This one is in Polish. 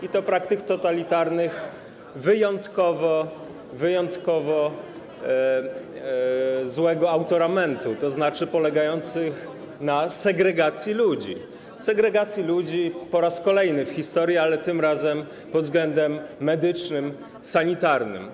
i to praktyk totalitarnych wyjątkowo złego autoramentu, tzn. polegających na segregacji ludzi - segregacji ludzi po raz kolejny w historii, ale tym razem pod względem medycznym, sanitarnym.